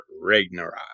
Ragnarok